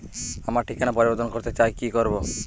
আমার ঠিকানা পরিবর্তন করতে চাই কী করব?